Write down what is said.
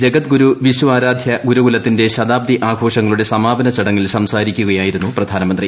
ജഗദ്ഗുരു വിശ്വാരാധൃ ഗുരുകുലത്തിന്റെ ശതാബ്ദി ആഘോഷങ്ങളുടെ സമാപന ചടങ്ങിൽ സംസാരിക്കുകയായിരുന്നു പ്രധാനമന്ത്രി